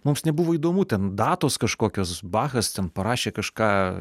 mums nebuvo įdomu ten datos kažkokios bachas ten parašė kažką